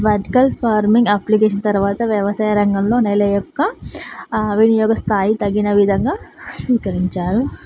vertical farming application తరువాత వ్యవసాయ రంగంలో నేల యొక్క వెయ్యవ స్థాయిని తగిన విధంగా స్వీకరించారు